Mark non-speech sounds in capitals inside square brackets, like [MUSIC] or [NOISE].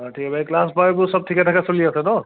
অঁ [UNINTELLIGIBLE] এই ক্লাছ [UNINTELLIGIBLE] বোৰ চব ঠিকেঠাকে চলি আছে ন